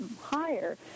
higher